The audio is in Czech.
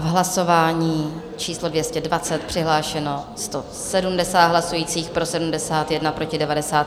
Hlasování číslo 220, přihlášeno 170 hlasujících, pro 71, proti 90.